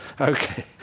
Okay